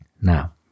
Now